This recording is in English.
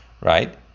right